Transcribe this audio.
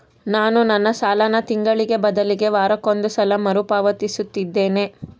ನಾನು ನನ್ನ ಸಾಲನ ತಿಂಗಳಿಗೆ ಬದಲಿಗೆ ವಾರಕ್ಕೊಂದು ಸಲ ಮರುಪಾವತಿಸುತ್ತಿದ್ದೇನೆ